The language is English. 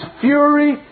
fury